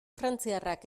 frantziarrak